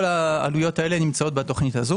כל העלויות האלה נמצאות בתוכנית הזו.